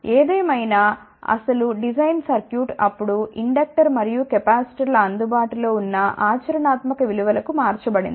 ఏదేమైనా ఆ అసలు డిజైన్ సర్క్యూట్ అప్పుడు ఇండక్టర్స్ మరియు కెపాసిటర్ల అందుబాటులో ఉన్న ఆచరణాత్మక విలువలకు మార్చబడింది